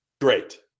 great